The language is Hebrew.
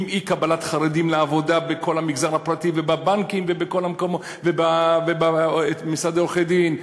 עם אי-קבלת חרדים לעבודה בכל המגזר הפרטי ובבנקים ובמשרדי עורכי-דין.